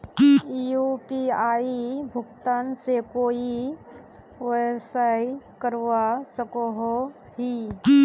UPI भुगतान से कोई व्यवसाय करवा सकोहो ही?